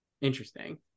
Interesting